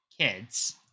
kids